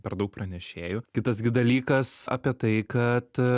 per daug pranešėjų kitas gi dalykas apie tai kad